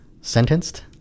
sentenced